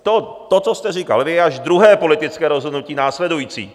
To, co jste říkal vy, je až druhé politické rozhodnutí následující.